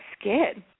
scared